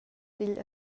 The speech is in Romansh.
digl